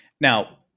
now